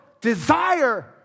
desire